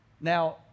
Now